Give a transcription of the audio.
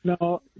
No